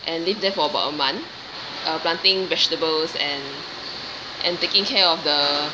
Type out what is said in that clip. and lived there for about a month uh planting vegetables and and taking care of the